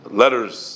letters